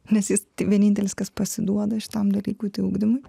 nes jis vienintelis kas pasiduoda šitam dalykui ugdymui